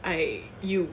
I you